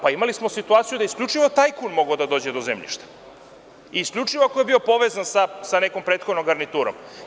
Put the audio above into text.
Pa, imali smo situaciju da je isključivo tajkun mogao da dođe do zemljišta i isključivo ako je bio povezan sa nekom prethodnom garniturom.